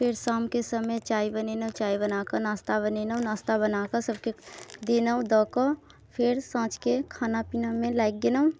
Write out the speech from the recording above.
फेर शामके समय चाय बनेलहुँ चाय बनाकऽ नास्ता बनेलहुँ नास्ता बनाकऽ सबके देलहुँ दऽकऽ फेर साँझके खाना पीनामे लागि गेलहुँ